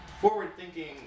forward-thinking